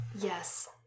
yes